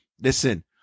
Listen